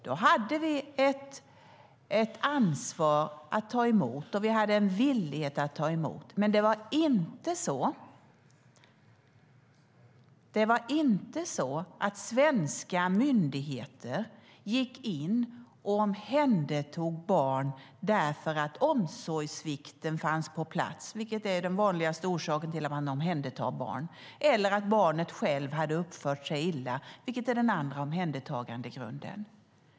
Vi hade ett ansvar och en villighet att ta emot. Men det var inte så att svenska myndigheter gick in och omhändertog barn därför att omsorgssvikt fanns på plats. Det är den vanligaste orsaken till att man omhändertar barn. Det handlade inte heller om att barnet själv hade uppfört sig illa, vilket är den andra omhändertagandegrunden.